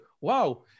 wow